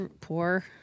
poor